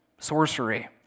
sorcery